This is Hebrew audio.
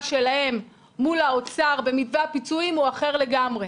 שלהם מול האוצר במתווה הפיצויים הוא אחר לגמרי.